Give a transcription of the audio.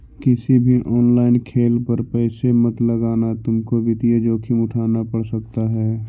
किसी भी ऑनलाइन खेल पर पैसे मत लगाना तुमको वित्तीय जोखिम उठान पड़ सकता है